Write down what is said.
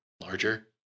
larger